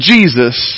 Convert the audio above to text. Jesus